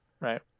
right